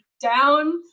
down